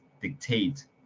dictate